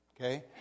Okay